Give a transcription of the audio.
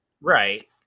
Right